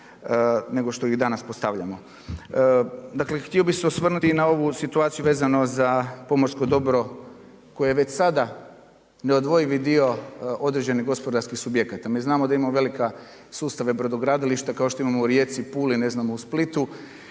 nego što ih danas postavljamo. Dakle, htio bi se osvrnuti i na ovu situaciju vezano za pomorsko dobro koje je već sada neodvojivi dio određenih gospodarskih subjekata. Mi znamo da imamo velike sustave, brodogradilišta kao što imamo u Rijeci, Puli, Splitu